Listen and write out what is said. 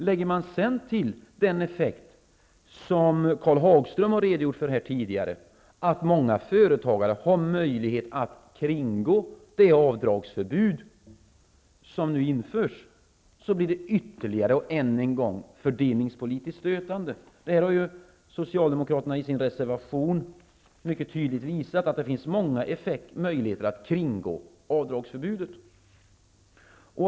Om vi sedan lägger till den effekt som Karl Hagström har redogjort för tidigare, att många företagare har möjlighet att kringgå det avdragsförbud som nu införs, blir det ytterligare och än en gång fördelningspolitiskt stötande. Detta har ju Socialdemokraterna visat mycket tydligt i sin reservation. Det finns många möjligheter att kringgå avdragsförbudet. Herr talman!